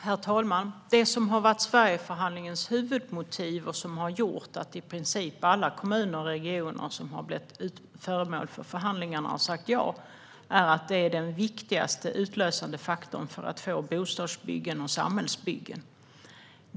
Herr talman! Det som har varit Sverigeförhandlingens huvudmotiv och som har gjort att i princip alla kommuner och regioner som varit med i förhandlingarna har sagt ja är att det är den viktigaste utlösande faktorn för att få bostadsbyggen och samhällsbyggen.